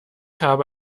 habe